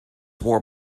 wore